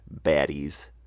baddies